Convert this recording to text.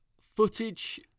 Footage